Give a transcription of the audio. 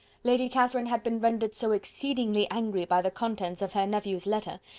lady catherine had been rendered so exceedingly angry by the contents of her nephew's letter,